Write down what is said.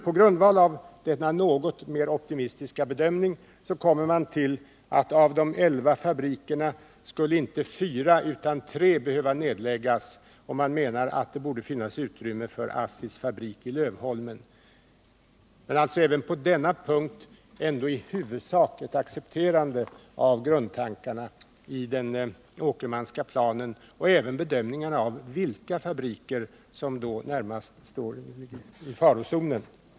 På grundval av denna något mer optimistiska bedömning kommer man till att av de elva fabrikerna skulle inte fyra utan tre behöva nedläggas, och man menar att det borde finnas utrymme för ASSI:s fabrik i Lövholmen. Även på denna punkt accepteras ändå i huvudsak grundtankarna i den Åkermanska planen och även bedömningarna av vilka fabriker som närmast står i farozonen.